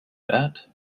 that